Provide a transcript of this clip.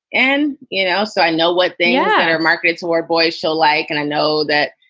and you know, so i know what they um and are marketed toward. boys show like and i know that,